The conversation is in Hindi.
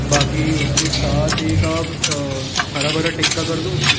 बाक़ि उसके साथ एक आप हरा भरा टिक्का कर दो